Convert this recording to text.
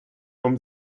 from